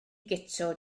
guto